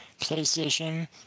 PlayStation